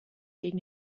gegen